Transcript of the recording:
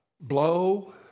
blow